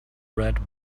red